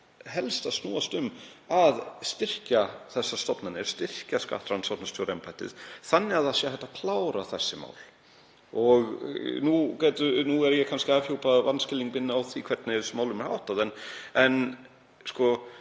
helst að snúast um að styrkja þessar stofnanir, styrkja skattrannsóknarstjóraembættið, þannig að hægt sé að klára þessi mál. Nú er ég kannski að afhjúpa vanskilning minn á því hvernig þessum málum er háttað en